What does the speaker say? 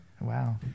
Wow